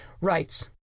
rights